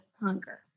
hunger